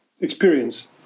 experience